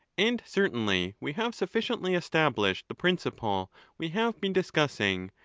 and certainly we have sufficiently established the principle we have been discussing,